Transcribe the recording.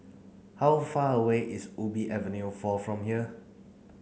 how far away is Ubi Avenue four from here